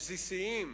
הבסיסיים,